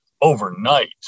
overnight